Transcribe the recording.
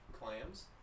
Clams